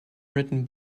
written